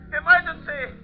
emergency